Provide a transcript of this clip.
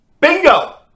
bingo